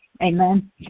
Amen